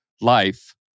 life